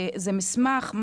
זה מסמך?